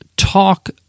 talk